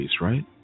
right